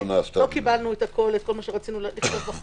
לא קיבלנו את כל מה שרצינו לחוק,